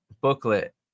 Booklet